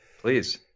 Please